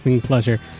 pleasure